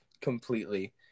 completely